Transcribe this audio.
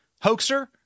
hoaxer